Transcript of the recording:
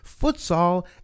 futsal